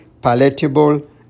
palatable